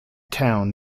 town